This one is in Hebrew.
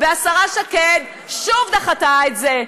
והשרה שקד שוב דחתה את זה.